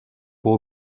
pour